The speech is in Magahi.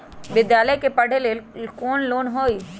विद्यालय में पढ़े लेल कौनो लोन हई?